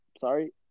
sorry